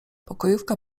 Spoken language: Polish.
pokojówka